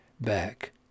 back